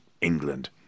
England